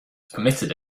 permitted